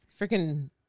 freaking